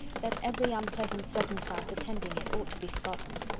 that every unpleasant circumstance attending it ought to be forgotten.